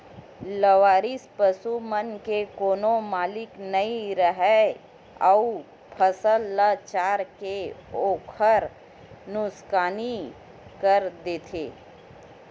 लवारिस पसू मन के कोनो मालिक नइ राहय अउ फसल ल चर के ओखर नुकसानी कर देथे